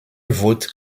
vote